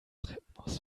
treppenhaus